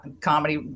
comedy